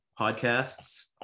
podcasts